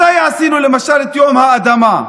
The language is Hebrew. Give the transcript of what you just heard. מתי עשינו, למשל, את יום האדמה?